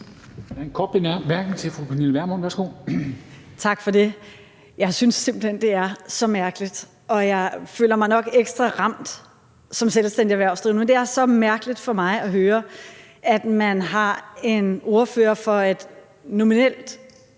Tak for det. Jeg synes simpelt hen, det er så mærkeligt, og jeg føler mig nok ekstra ramt som selvstændig erhvervsdrivende, men det er så mærkeligt for mig at høre, at man har en ordfører fra et nominelt